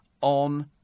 on